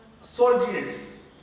soldiers